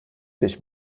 dich